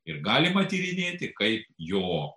ir galima tyrinėti kaip jo